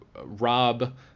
rob